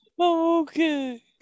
Okay